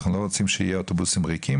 אנחנו לא רוצים שיהיו אוטובוסים ריקים,